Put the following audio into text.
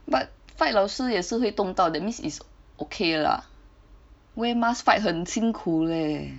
but fight 老师也是会动到 that means is okay lah wear mask fight 很辛苦 leh